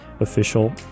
official